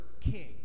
king